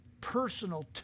personal